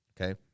okay